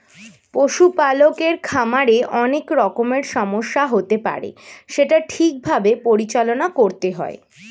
পশু পালকের খামারে অনেক রকমের সমস্যা হতে পারে সেটা ঠিক ভাবে পরিচালনা করতে হয়